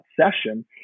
session